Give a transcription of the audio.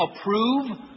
approve